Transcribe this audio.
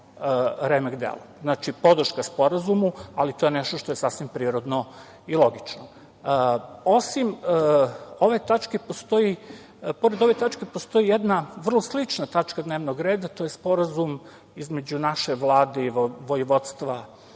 remek-delo. Znači, podrška sporazumu, ali to je nešto što je sasvim prirodno i logično. Pored ove tačke postoji i jedna vrlo slična tačka dnevnog reda, a to je Sporazum između naše Vlade i Vojvodstva